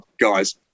guys